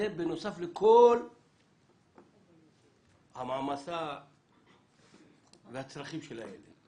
זה בנוסף לכל המעמסה והצרכים של הילד.